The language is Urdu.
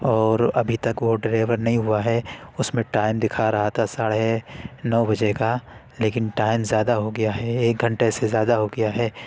اور ابھی تک وہ ڈریور نہیں ہوا ہے اس میں ٹائم دکھا رہا تھا ساڑھے نو بجے کا لیکن ٹائم زیادہ ہو گیا ہے ایک گھنٹے سے زیادہ ہو گیا ہے